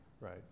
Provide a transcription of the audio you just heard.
right